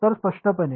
तर स्पष्टपणे